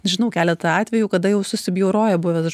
žinau keletą atvejų kada jau susibjauroja buvęs